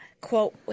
quote